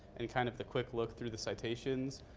and kind of the quick look through the citations,